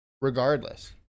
regardless